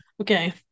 okay